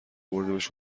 بردیمش